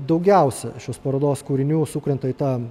daugiausia šios parodos kūrinių sukrenta į tą